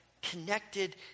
connected